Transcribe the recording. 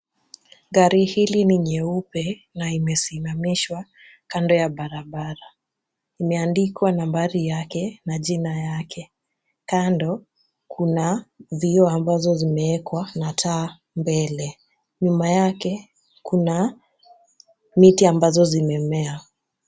Gari hili ni nyeupe na imesimamishwa kando ya barabara. Imeandikwa nambari yake na jina yake. Kando kuna vioo ambazo zimeekwa na taa mbele. Nyuma yake kuna miti ambazo zimemea.